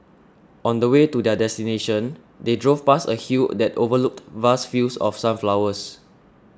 on the way to their destination they drove past a hill that overlooked vast fields of sunflowers